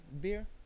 beer